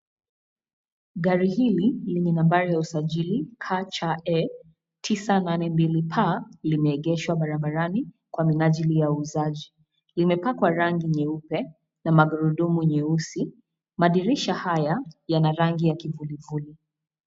Gari hili, lenye nambari ya usajili KCE, 982P, limeegeshwa barabarani, kwa minajili ya uuzaji. Limepakwa rangi nyeupe, na magurudumu nyeusi. Madirisha haya, yana rangi ya kivulivuli.